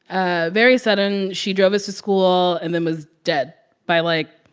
ah very sudden she drove us to school and then was dead by, like,